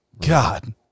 God